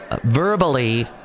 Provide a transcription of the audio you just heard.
verbally